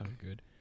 good